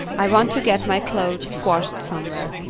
i want to get my clothes washed somewhere.